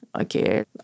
okay